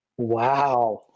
Wow